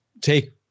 take